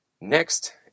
Next